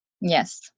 Yes